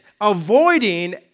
avoiding